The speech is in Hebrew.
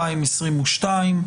קליני), התשפ"ב-2022.